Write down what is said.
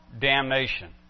damnation